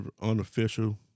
unofficial